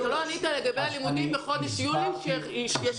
לא דיברת על הלימודים בחודש יולי שישלימו